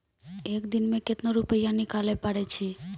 एक दिन मे केतना रुपैया निकाले पारै छी?